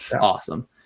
awesome